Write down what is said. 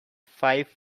five